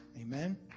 Amen